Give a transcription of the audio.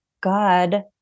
god